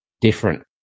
different